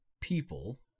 people